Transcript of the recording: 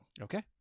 Okay